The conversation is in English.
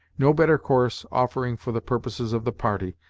no better course offering for the purposes of the party,